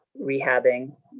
rehabbing